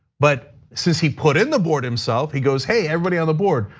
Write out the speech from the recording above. but since he put in the board himself he goes hey everybody on the board.